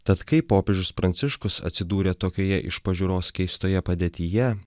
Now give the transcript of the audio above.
tad kaip popiežius pranciškus atsidūrė tokioje iš pažiūros keistoje padėtyje